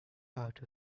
out